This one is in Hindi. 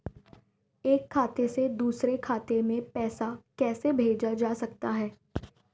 एक खाते से दूसरे खाते में पैसा कैसे भेजा जा सकता है?